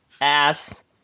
ass